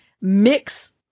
mix